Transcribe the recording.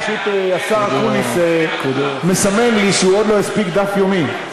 פשוט השר אקוניס מסמן לי שהוא עוד לא הספיק דף יומי.